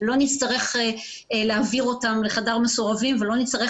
לא נצטרך להעביר אותן לחדר מסורבים ולא נצטרך